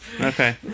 Okay